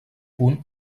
punt